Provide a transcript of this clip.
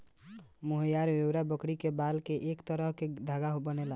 मोहयार angora बकरी के बाल से एक तरह के धागा बनेला